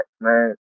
man